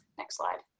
next slide.